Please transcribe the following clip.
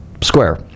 Square